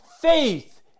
faith